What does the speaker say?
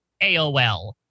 AOL